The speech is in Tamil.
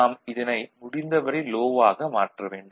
நாம் இதனை முடிந்தவரை லோ ஆக மாற்ற வேண்டும்